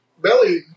belly